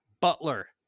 Butler